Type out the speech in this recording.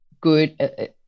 good –